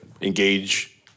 engage